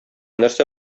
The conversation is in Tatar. нәрсә